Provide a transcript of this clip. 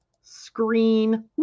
screen